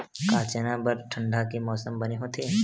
का चना बर ठंडा के मौसम बने होथे?